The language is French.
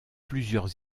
plusieurs